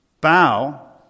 bow